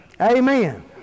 Amen